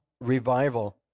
Revival